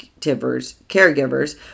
caregivers